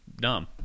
dumb